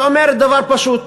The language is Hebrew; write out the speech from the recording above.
שאומרת דבר פשוט: